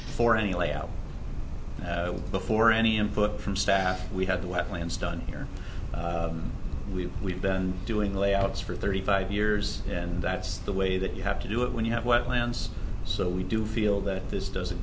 for any layout before any input from staff we have the wetlands done here we we've been doing layouts for thirty five years and that's the way that you have to do it when you have wetlands so we do feel that this does a